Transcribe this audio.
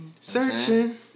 Searching